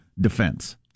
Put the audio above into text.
defense